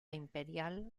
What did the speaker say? imperial